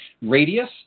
radius